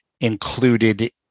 included